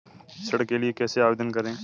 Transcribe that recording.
ऋण के लिए कैसे आवेदन करें?